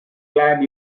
glad